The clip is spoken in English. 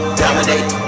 dominate